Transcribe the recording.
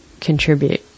contribute